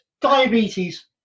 diabetes